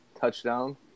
touchdown